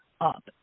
up